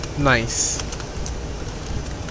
nice